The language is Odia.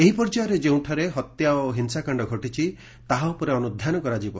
ଏହି ପର୍ଯ୍ୟାୟରେ ଯେଉଁଠାରେ ହତ୍ୟା ଓ ହିଂସାକାଣ୍ଡ ଘଟିଛି ତାହା ଉପରେ ଅନୁଧ୍ୟାନ କରାଯିବ